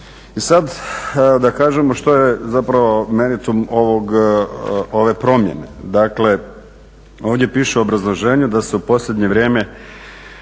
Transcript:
I sad da kažem što je zapravo meritum ove promjene. Dakle, ovdje piše u obrazloženju da se u posljednje vrijeme